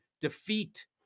defeat